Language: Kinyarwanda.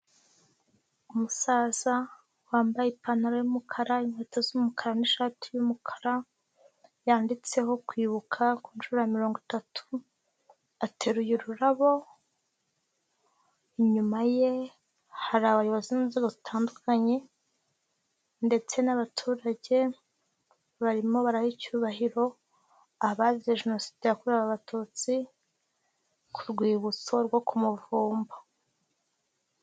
Umusaza wambaye ipantaro y'umukara, inkweto z'umukara n'ishati y'umukara yanditseho kwibuka ku nshuro mirongo itatu, ateruye ururabo, inyuma ye hari abayobozi b'inzego batandukanye ndetse n'abaturage, barimo baraha icyubahiro abazize Jenoside yakorewe Abatutsi ku rwibutso rwo ku Muvumba.